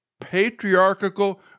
patriarchal